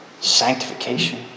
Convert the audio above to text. sanctification